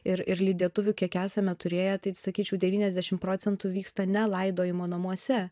ir ir lydėtuvių kiek esame turėję tai sakyčiau devyniasdešim procentų vyksta ne laidojimo namuose